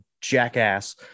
jackass